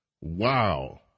Wow